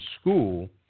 school